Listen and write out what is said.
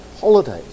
holidays